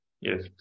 Yes